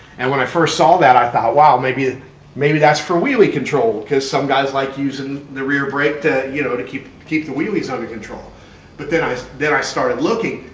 and when i first saw that, i thought wow! maybe ah maybe that's for wheelie control? because some guys like using the rear brake to you know to keep keep the wheelies under control but then i then i started looking.